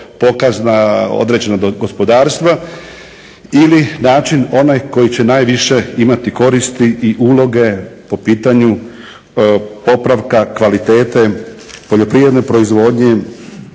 se./… određenog gospodarstva ili način onaj koji će najviše imati koristi i uloge po pitanju popravka kvalitete poljoprivredne proizvodnje